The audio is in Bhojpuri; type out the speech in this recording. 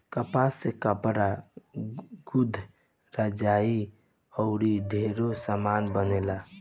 कपास से कपड़ा, गद्दा, रजाई आउर ढेरे समान बनेला